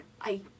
I-